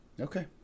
Okay